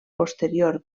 posterior